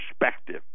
perspective